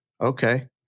Okay